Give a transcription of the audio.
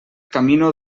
camino